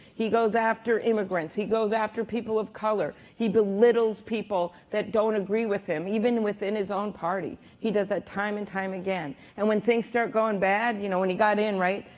he goes after immigrants. he goes after people of color. he belittles people that don't agree with him even within his own party. he does that time and time again, and when things start going bad, you know when he got in, right?